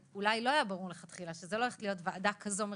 אולי לא היה כל כך ברור מלכתחילה שזו הולכת להיות ועדה כזו מרכזית.